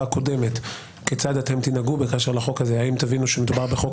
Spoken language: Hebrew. הקודמת כיצד תנהגו בקשר לחוק הזה האם תבינו שמדובר בחוק